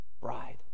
bride